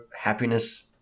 happiness